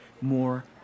more